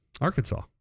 Arkansas